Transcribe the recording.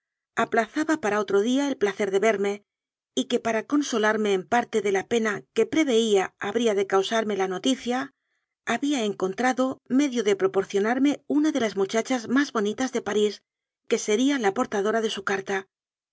aplazaba para otro día el placer de verme y que para consolarme en parte de la pena que preveía habría de causarme la noticia había encontrado medio de proporcionarme una de las muchachas más bonitas de parís que sería la portadora de su carta